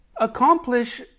accomplish